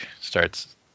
starts